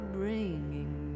bringing